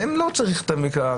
לא צריך את המסכה.